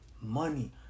money